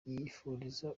yifuriza